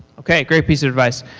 okay. great piece of advice.